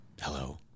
Hello